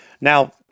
Now